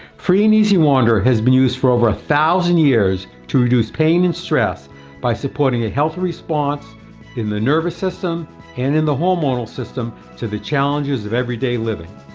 free and easy wanderer has been used for over a thousand years to reduce pain and stress by supporting a healthy response in the nervous system and in the hormonal system to the challenges of everyday living.